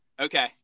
Okay